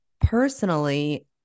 personally